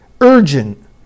urgent